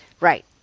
Right